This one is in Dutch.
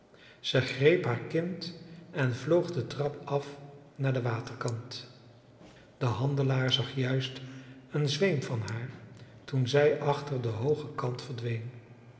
zij greep haar kind en vloog de trap af naar den waterkant de handelaar zag juist een zweem van haar toen zij achter den hoogen kant verdween